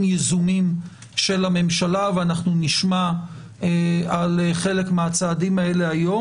יזומים של הממשלה ואנחנו נשמע על חלק מהצעדים האלה היום,